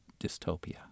dystopia